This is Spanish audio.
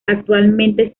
actualmente